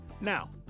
Now